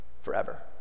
Forever